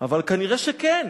אבל נראה שכן.